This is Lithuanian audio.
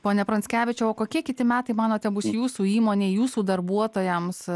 pone pranckevičiau o kokie kiti metai manote bus jūsų įmonei jūsų darbuotojams